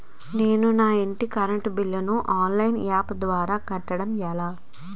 నేను నా యెక్క ఇంటి కరెంట్ బిల్ ను ఆన్లైన్ యాప్ ద్వారా కట్టడం ఎలా?